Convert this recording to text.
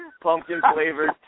Pumpkin-flavored